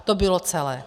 To bylo celé.